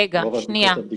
רוב הבדיקות הן בדיקות סקר?